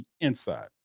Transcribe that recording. inside